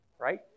right